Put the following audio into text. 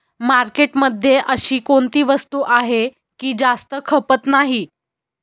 मार्केटमध्ये अशी कोणती वस्तू आहे की जास्त खपत नाही?